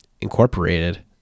incorporated